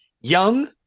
Young